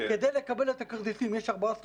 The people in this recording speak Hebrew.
יש ארבעה סוגים: